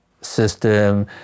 system